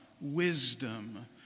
wisdom